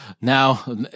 Now